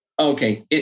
Okay